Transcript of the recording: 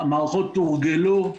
המערכות תורגלו.